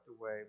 away